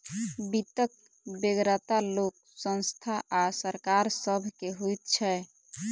वित्तक बेगरता लोक, संस्था आ सरकार सभ के होइत छै